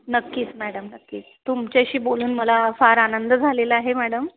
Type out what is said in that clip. नक्कीच मॅडम नक्की तुमच्याशी बोलून मला फार आनंद झालेला आहे मॅडम